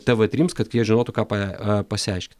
tv trims kad jie žinotų ką pa pasiaiškint